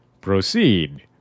proceed